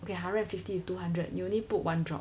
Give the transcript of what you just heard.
okay hundred and fifty to two hundred you only put one drop